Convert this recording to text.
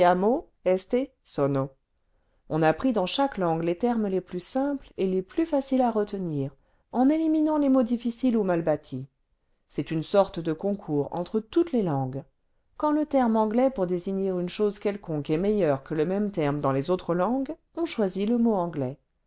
sono on a pris dans chaque langue les termes les plus simples et les plus faciles à retenir en éliminant les mots difficiles ou mal bâtis c'est une sorte de concours entre toutes les langues quand le terme anglais pour désigner une chose quelconque est meilleur que le même terme dans les autres langues on choisit le mot anglais